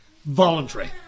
Voluntary